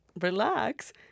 relax